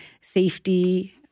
safety